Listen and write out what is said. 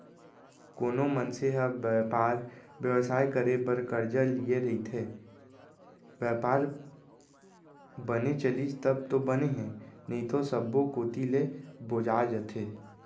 कोनो मनसे ह बयपार बेवसाय करे बर करजा लिये रइथे, बयपार बने चलिस तब तो बने हे नइते सब्बो कोती ले बोजा जथे